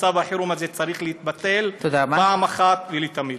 מצב החירום הזה צריך להתבטל פעם אחת ולתמיד.